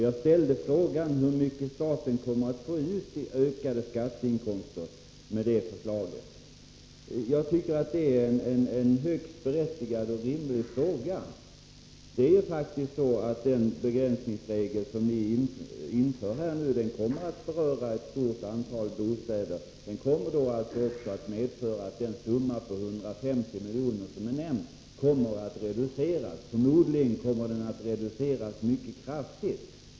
Jag ställde frågan, hur mycket staten med det förslaget kommer att få in i ökade skatteinkomster. Jag tycker att det är en högst berättigad och rimlig fråga. Den begränsningsregel som ni här inför kommer att beröra ett stort antal bostäder. Den kommer faktiskt då alltså att medföra att den summa på 150 miljoner som är nämnd kommer att reduceras; förmodligen kommer den att reduceras mycket kraftigt.